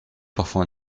parfois